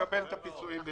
יקבלו את הפיצויים.